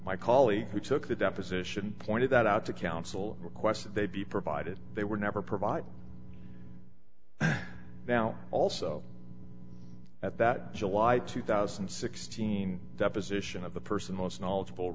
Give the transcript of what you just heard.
my colleague who took the deposition pointed that out to counsel requests that they be provided they were never provided now also at that july two thousand and sixteen deposition of the person most knowledgeable